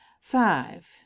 five